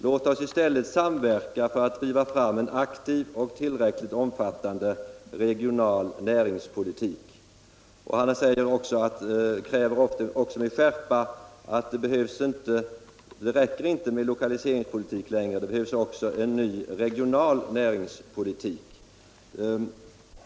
Låt oss i stället samverka för att driva fram en aktiv och tillräckligt omfattande regional näringspolitik! Och han betonade också med skärpa att det inte längre räcker med lokaliseringspolitik utan att det också behövs en ny regional näringspolitik.